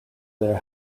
their